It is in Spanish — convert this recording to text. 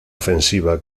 ofensiva